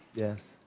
yes?